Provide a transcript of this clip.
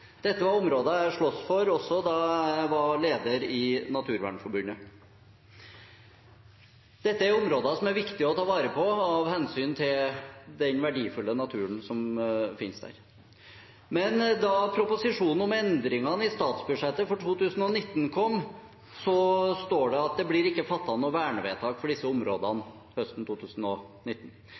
Dette var områder jeg sloss for også da jeg var leder i Naturvernforbundet. Det er områder som er viktig å ta vare på av hensyn til den verdifulle naturen som finnes der. Men da proposisjonen om endringene i statsbudsjettet for 2019 kom, sto det at det blir ikke fattet noe vernevedtak for disse områdene høsten 2019.